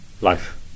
life